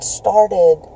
started